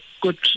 good